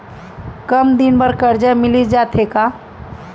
कम दिन बर करजा मिलिस जाथे का?